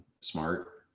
Smart